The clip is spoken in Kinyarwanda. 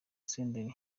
senderi